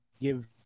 give